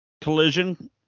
Collision